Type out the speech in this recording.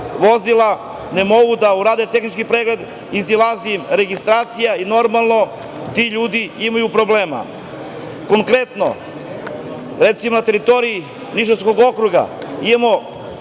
vozila ne mogu da urade tehnički pregled, izlazi im registracija i normalno ti ljudi imaju problema. Konkretno, recimo, na teritoriji Nišavskog okruga imamo